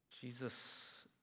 Jesus